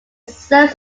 serves